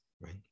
Right